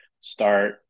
start